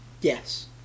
yes